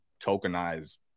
tokenize